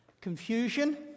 Confusion